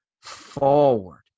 forward